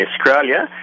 Australia